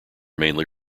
mainly